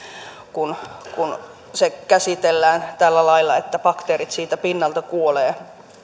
kun kun se käsitellään tällä lailla että bakteerit siitä pinnalta kuolevat